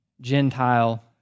Gentile